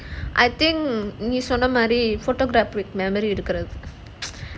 I think நீ சொன்ன மாதிரி:nee sonna maadhiri photographic memory இருக்குறது:irukurathu